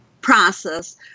process